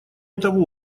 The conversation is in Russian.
того